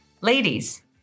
ladies